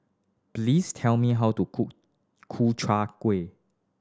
please tell me how to cook Ku Chai Kuih